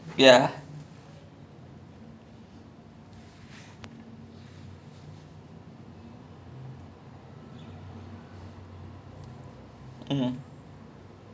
so like ya we just sit down we want to buy stuff we no money to buy some of the aunties will be like eh boys ah why you all waiting here then we are like orh no auntie we just lepak for awhile our school finish already they like you hungry just come to my house lah we cooking dinner also